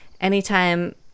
anytime